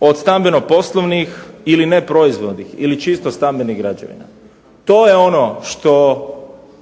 od stambeno-poslovnih ili ne proizvodnih ili čisto stambenih građevina. To je ono što